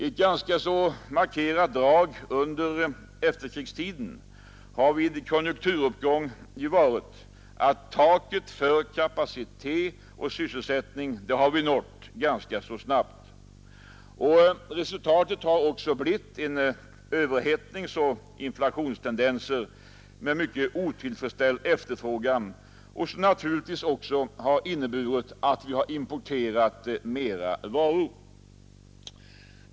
Ett ganska markerat drag under efterkrigstiden har vid konjunkturuppgång varit att vi rätt snabbt nått taket för kapacitet och sysselsättning. Resultatet har också blivit överhettningsoch inflationstendenser med otillfredställd efterfrågan, vilket naturligtvis inneburit att vi importerat mera varor.